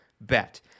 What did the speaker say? bet